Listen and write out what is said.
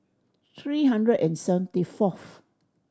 three hundred and seventy fourth